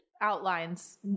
outlines